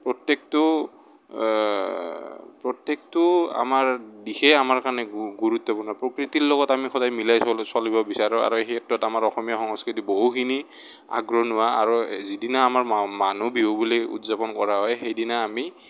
প্ৰত্যেকটো প্ৰত্যেকটো আমাৰ বিহুৱে আমাৰ কাৰণে গু গুৰুত্বপূৰ্ণ প্ৰকৃতিৰ লগত আমি সদায় মিলাই চলিব বিচাৰোঁ আৰু সেই ক্ষেত্ৰত আমাৰ অসমীয়া সংস্কৃতি বহুখিনি আগৰণুৱা আৰু যিদিনা আমাৰ মা মানুহবিহু বুলি উদযাপন কৰা হয় সেইদিনা আমি